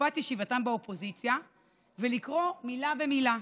מתקופת ישיבתם באופוזיציה ולקרוא מילה במילה.